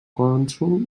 cònsol